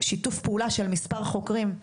שיתוף פעולה של מספר חוקרים.